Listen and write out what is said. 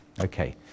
Okay